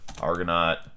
Argonaut